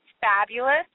Fabulous